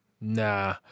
Nah